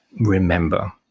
remember